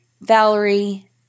Valerie